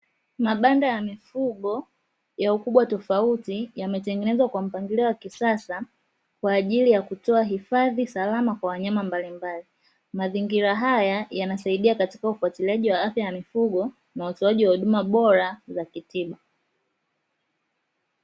Mabanda ya mifugo ya ukubwa tofauti yametengenezwa kwa mpangilio wa kisasa kwa ajili ya kutoa hifadhi salama kwa wanyama mbalimbali, mazingira haya yanasaidia katika ufuatiliaji wa afya na mifugo na utoaji wa huduma bora za kitiba.